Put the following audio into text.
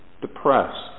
depressed